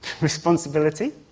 responsibility